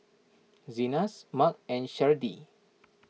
Zenas Marc and Sharde